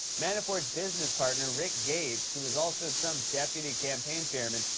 manafort's business partner rick gates, who was also trump's deputy campaign chairman,